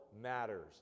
matters